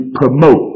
promote